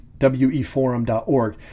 weforum.org